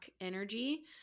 energy